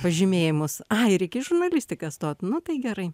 pažymėjimus ai reikia į žurnalistiką stot nu tai gerai